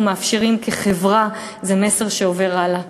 מאפשרים כחברה זה מסר שעובר הלאה.